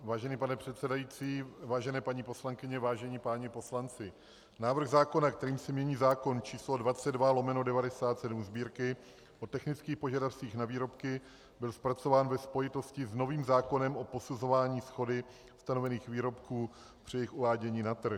Vážený pane předsedající, vážené paní poslankyně, vážení páni poslanci, návrh zákona, kterým se mění zákon číslo 22/97 Sb., o technických požadavcích na výrobky, byl zpracován ve spojitosti s novým zákonem o posuzování shody stanovených výrobků při jejich uvádění na trh.